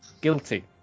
Guilty